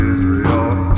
Israel